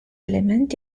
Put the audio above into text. elementi